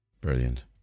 Brilliant